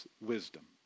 wisdom